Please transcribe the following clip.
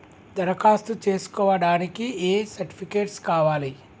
దరఖాస్తు చేస్కోవడానికి ఏ సర్టిఫికేట్స్ కావాలి?